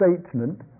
statement